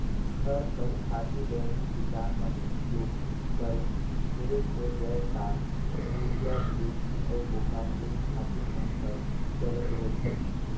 घर कर खातू ल ही किसान मन उपियोग करें ढेरेच होए जाए ता यूरिया, डी.ए.पी अउ पोटास एही खातू मन हर चलत रहिस